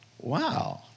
Wow